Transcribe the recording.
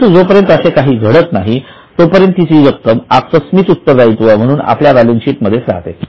परंतु जोपर्यंत असे काही घडत नाही तोपर्यंत ती रक्कम आकस्मिक उत्तरदायित्व म्हणून आपल्या बॅलन्स शीट मध्ये राहते